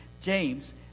James